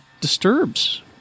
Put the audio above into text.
disturbs